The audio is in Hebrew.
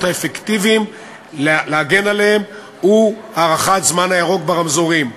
האפקטיביים לכך הוא הארכת זמן הירוק ברמזורים,